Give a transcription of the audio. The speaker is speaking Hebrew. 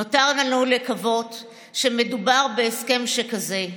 נותר לנו לקוות שמדובר בהסכם שכזה,